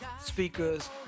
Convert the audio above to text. speakers